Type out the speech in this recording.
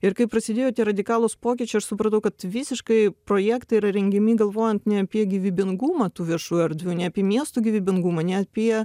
ir kai prasidėjo tie radikalūs pokyčiai aš supratau kad visiškai projektai yra rengiami galvojant ne apie gyvybingumą tų viešų erdvių ne apie miestų gyvybingumą ne apie